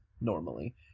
normally